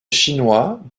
chinois